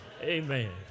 amen